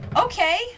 Okay